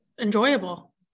enjoyable